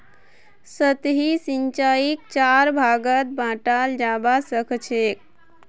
सतही सिंचाईक चार भागत बंटाल जाबा सखछेक